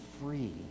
free